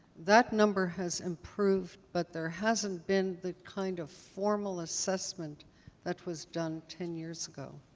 that number has improved. but there hasn't been the kind of formal assessment that was done ten years ago.